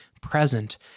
present